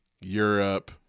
Europe